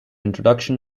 introduction